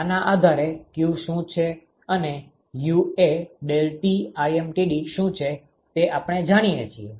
આના આધારે q શું છે અને UA ∆Tlmtd શું છે તે આપણે જાણીએ છીએ